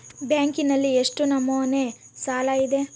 ಬ್ಯಾಂಕಿನಲ್ಲಿ ಎಷ್ಟು ನಮೂನೆ ಸಾಲ ಇದೆ?